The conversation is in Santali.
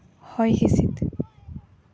ᱦᱚᱭ ᱦᱤᱸᱥᱤᱫ